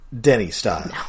Denny-style